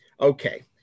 Okay